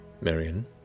Marion